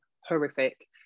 horrific